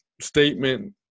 statement